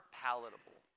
palatable